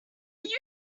just